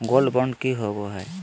Gold bond की होबो है?